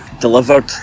delivered